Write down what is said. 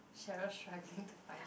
Cheryl struggling to find